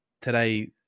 today